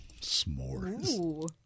S'mores